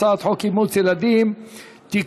הצעת חוק אימוץ ילדים (תיקון,